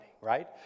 right